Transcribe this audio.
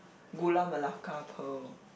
Gula Melaka pearl